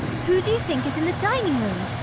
who do you think is in the dining-room?